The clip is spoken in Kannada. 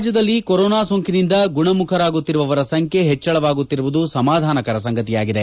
ರಾಜ್ಯದಲ್ಲಿ ಕೊರೊನಾ ಸೋಂಕಿನಿಂದ ಗುಣಮುಖರಾಗುವವರ ಸಂಖ್ಯೆ ಹೆಜ್ಲಾಗುತ್ತಿರುವುದು ಸಮಾಧಾನಕರ ಸಂಗತಿಯಾಗಿದೆ